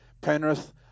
Penrith